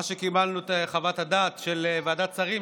מאז שקיבלנו את חוות הדעת של ועדת שרים